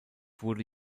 wurde